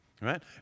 right